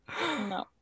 no